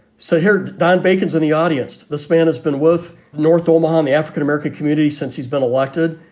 so here, don bacons in the audience. the span has been with north omaha, and the african-american community, since he's been elected,